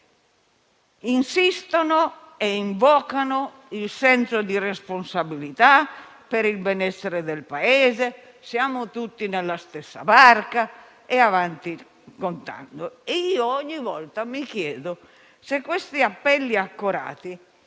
insistete e invocate il senso di responsabilità per il benessere del Paese, ricordando che siamo tutti nella stessa barca e avanti contando. E io, ogni volta, mi chiedo se questi appelli accorati